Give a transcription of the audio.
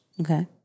Okay